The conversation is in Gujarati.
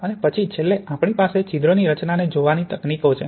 અને પછી છેલ્લે આપણી પાસે છિદ્રની રચનાને જોવાની તકનીકો છે